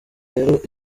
rero